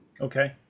Okay